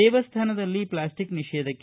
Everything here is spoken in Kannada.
ದೇವಸ್ಥಾನದಲ್ಲಿ ಪ್ಲಾಸ್ಟಿಕ್ ನಿಷೇಧಕ್ಕೆ